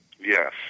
Yes